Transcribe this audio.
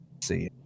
see